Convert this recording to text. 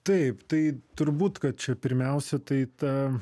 taip tai turbūt kad čia pirmiausia tai ta